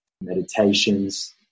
meditations